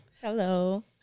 Hello